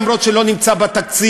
למרות שזה לא נמצא בתקציב,